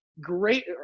great